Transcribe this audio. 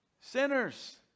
Sinners